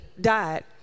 died